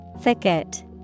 Thicket